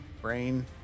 brain